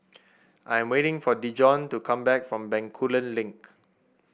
I'm waiting for Dijon to come back from Bencoolen Link